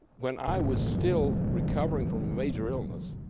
when i was still recovering from a major illness,